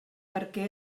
perquè